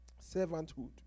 Servanthood